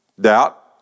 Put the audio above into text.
Doubt